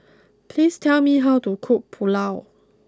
please tell me how to cook Pulao